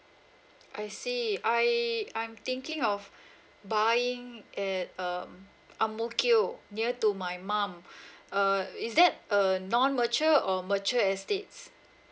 I see I I'm thinking of buying at um ang mo kio near to my mum uh is that uh non mature or mature estates